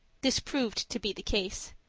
this proved to be the case.